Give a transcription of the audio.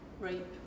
Rape